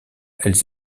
elles